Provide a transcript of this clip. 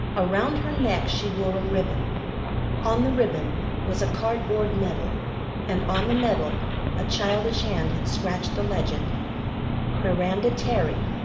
around her neck she wore a ribbon on the ribbon was a cardboard medal and on the medal a childish hand had scratched the legend miranda terry.